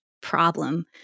problem